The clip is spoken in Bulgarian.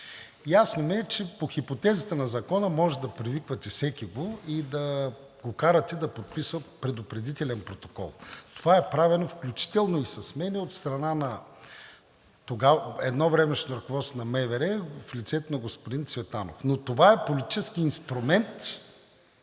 Ясно ми е, че по хипотезата на Закона може да привиквате всекиго и да го карате да подписва предупредителен протокол. Това е правено, включително и с мен, от страна на едновремешното ръководство на МВР в лицето на господин Цветанов. Но това е политически инструмент